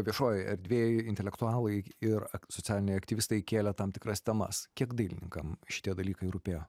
viešojoj erdvėj intelektualai ir socialiniai aktyvistai kėlė tam tikras temas kiek dailininkam šitie dalykai rūpėjo